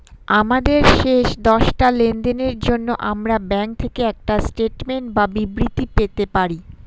আমাদের শেষ দশটা লেনদেনের জন্য আমরা ব্যাংক থেকে একটা স্টেটমেন্ট বা বিবৃতি পেতে পারি